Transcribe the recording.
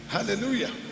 Hallelujah